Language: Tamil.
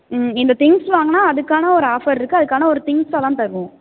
ம் இந்த திங்ஸ் வாங்கினா அதுக்கான ஒரு ஆஃபர் இருக்குது அதுக்கான ஒரு திங்ஸெலாம் தருவோம்